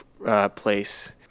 Place